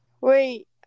wait